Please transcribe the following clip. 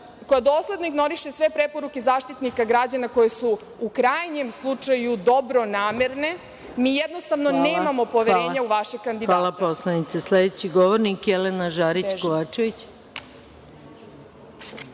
koje dosledno ignoriše sve preporuke Zaštitnika građana, koje su u krajnjem slučaju dobronamerne. Mi jednostavno nemamo poverenja u vaše kandidate. **Maja Gojković** Hvala poslanice. Sledeći govornik Jelena Žarić Kovačević.